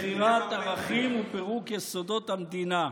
היא מכירת ערכים ופירוק יסודות המדינה.